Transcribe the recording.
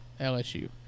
LSU